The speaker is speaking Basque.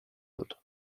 dut